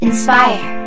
Inspire